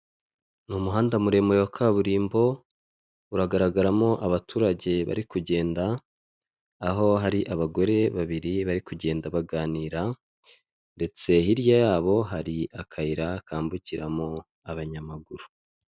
Ni umuhanda muremure wa kaburimbo uragaragaramo abaturage bari kugenda aho hari abagore babiri bari kugenda baganira ndetse hirya yabo hari akayira kambukiramo abanyamaguru.